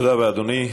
תודה רבה, אדוני.